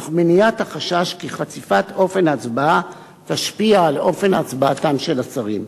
תוך מניעת החשש שחשיפת אופן ההצבעה תשפיע על אופן הצבעתם של השרים.